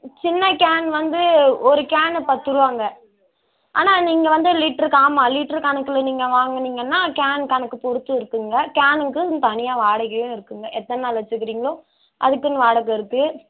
சின்ன கேன் வந்து ஒரு கேனு பத்து ரூவாங்க ஆனால் நீங்கள் வந்து லிட்ருக்கு ஆமாம் லிட்ரு கணக்கில் நீங்கள் வாங்குனீங்கன்னால் கேன் கணக்கு பொறுத்து இருக்குதுங்க கேனுக்குன்னு தனியாக வாடகையும் இருக்குதுங்க எத்தனை நாள் வச்சுக்குறீங்களோ அதுக்குன்னு வாடகை இருக்குது